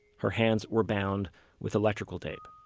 her hands were bound with electrical tape.